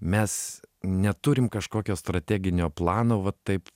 mes neturim kažkokio strateginio plano va taip